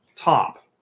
top